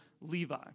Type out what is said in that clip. Levi